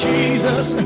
Jesus